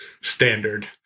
standard